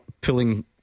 Pulling